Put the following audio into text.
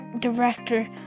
Director